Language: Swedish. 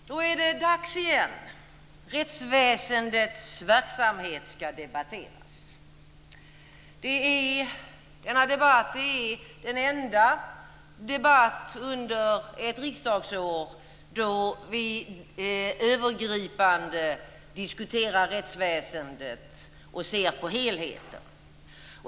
Fru talman! Då är det dags igen. Rättsväsendets verksamhet ska debatteras. Denna debatt är den enda debatt under ett riksdagsår då vi övergripande diskuterar rättsväsendet och ser på helheter.